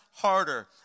harder